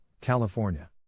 California